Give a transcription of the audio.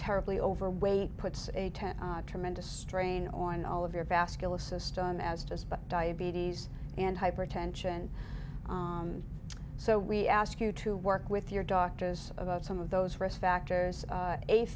terribly overweight puts a tremendous strain on all of your vascular system as does but diabetes and hypertension so we ask you to work with your doctors about some of those risk factors a